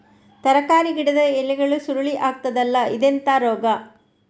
ತರಕಾರಿ ಗಿಡದ ಎಲೆಗಳು ಸುರುಳಿ ಆಗ್ತದಲ್ಲ, ಇದೆಂತ ರೋಗ?